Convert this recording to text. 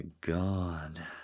God